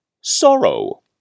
sorrow